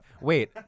Wait